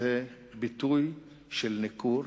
שזה ביטוי של ניכור,